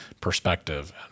perspective